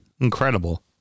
Incredible